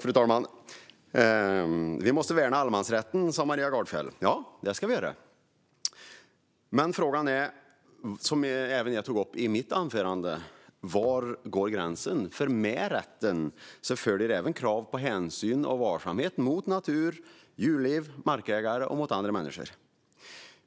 Fru talman! Vi måste värna allemansrätten, sa Maria Gardfjell. Ja, det ska vi göra. Men frågan, som jag även tog upp i mitt huvudanförande, är: Var går gränsen? Med rätten följer även krav på hänsyn och varsamhet mot natur, djurliv, markägare och andra människor.